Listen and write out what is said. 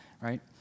right